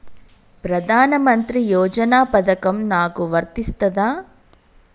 ప్రధానమంత్రి యోజన పథకం నాకు వర్తిస్తదా?